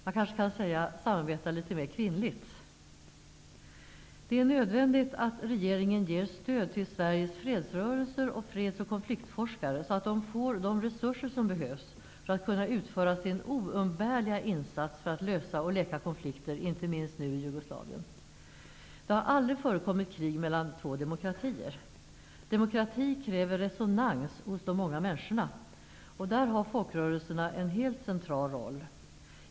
Man kan kanske säga: Arbeta litet mer kvinnligt! Det är nödvändigt att regeringen ger stöd till Sveriges fredsrörelser och freds och konfliktforskare, så att de får de resurser som behövs för att kunna utföra sin oumbärliga insats för att lösa och läka konflikter inte minst nu i Jugoslavien! Det har aldrig förekommit krig mellan två demokratier. Demokrati kräver resonans hos de många människorna. Där har folkrörelserna en helt central roll.